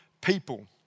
people